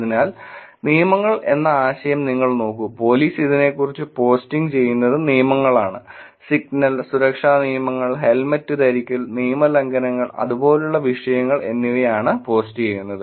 അതിനാൽ നിയമങ്ങൾ എന്ന ആശയം നിങ്ങൾ നോക്കൂ പോലീസ് ഇതിനെക്കുറിച്ച് പോസ്റ്റിംഗ് ചെയ്യുന്നത് നിയമങ്ങളാണ് സിഗ്നൽ സുരക്ഷാ നിയമങ്ങൾ ഹെൽമറ്റ് ധരിക്കൽ നിയമലംഘനങ്ങൾ അതുപോലുള്ള വിഷയങ്ങൾ എന്നിവ ആണ് പോസ്റ്റ് ചെയ്യുന്നത്